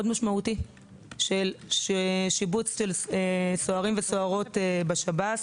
משמעותי בשיבוץ סוהרים וסוהרות בשב"ס.